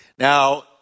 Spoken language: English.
Now